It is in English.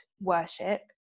worship